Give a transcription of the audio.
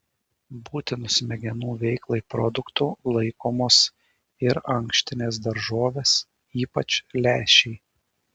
būtinu smegenų veiklai produktu laikomos ir ankštinės daržovės ypač lęšiai